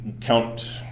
count